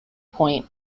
point